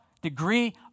degree